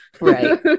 Right